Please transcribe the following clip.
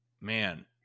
man